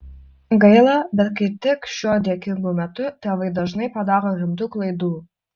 gaila bet kaip tik šiuo dėkingu metu tėvai dažnai padaro rimtų klaidų